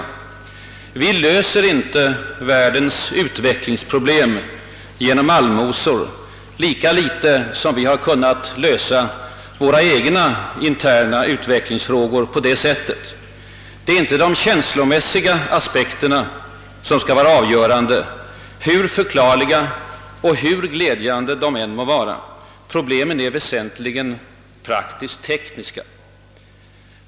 Vi löser inte världens utveck lingsproblem genom allmosor, lika litet som vi kunnat lösa våra egna interna utvecklingsfrågor på det sättet: Det är inte de känslomässiga aspekterna som skall. vara avgörande, hur förklarliga och hur glädjande de än må vara. Problemen är väsentligen praktisk-tekniska.